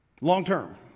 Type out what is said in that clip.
long-term